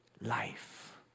life